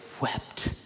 wept